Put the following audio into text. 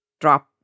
drop